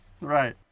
Right